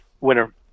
winner